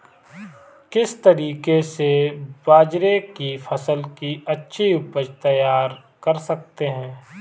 किस तरीके से बाजरे की फसल की अच्छी उपज तैयार कर सकते हैं?